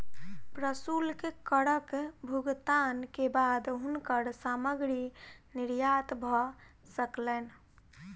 प्रशुल्क करक भुगतान के बाद हुनकर सामग्री निर्यात भ सकलैन